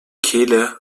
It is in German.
kehle